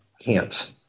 camps